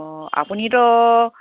অঁ আপুনিতো